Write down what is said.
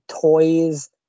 toys